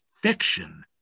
fiction